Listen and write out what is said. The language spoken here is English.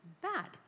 bad